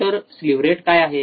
तर sleeve rate काय आहे